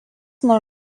nuo